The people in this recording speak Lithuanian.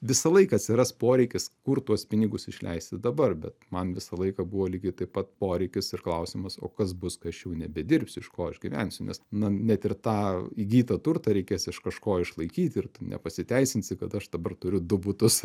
visą laiką atsiras poreikis kur tuos pinigus išleisti dabar bet man visą laiką buvo lygiai taip pat poreikis ir klausimas o kas bus kai aš jau nebedirbsiu iš ko aš gyvensiu nes na net ir tą įgytą turtą reikės iš kažko išlaikyti ir tu nepasiteisinsi kad aš dabar turiu du butus